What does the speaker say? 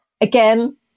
Again